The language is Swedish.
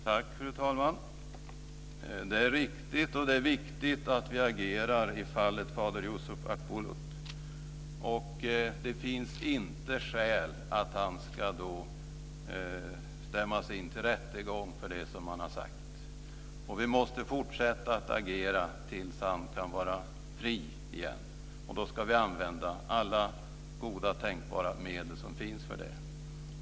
Fru talman! Det är riktigt och viktigt att vi agerar i fallet fader Yusuf Akbulut. Det finns inte skäl för att han ska dömas i en rättegång för det som han har sagt. Vi måste fortsätta att agera tills han släpps fri igen, och vi ska använda alla goda tänkbara medel som finns för det.